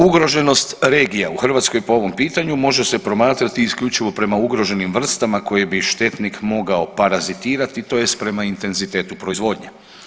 Ugroženost regija u Hrvatskoj po ovom pitanju može se promatrati isključivo prema ugroženim vrstama koje bi štetnik mogao parazitirati tj. prema intenzitetu proizvodnje.